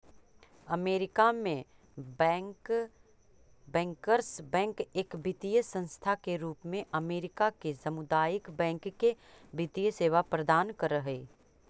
America में bankers bank एक वित्तीय संस्था के रूप में अमेरिका के सामुदायिक बैंक के वित्तीय सेवा प्रदान कर हइ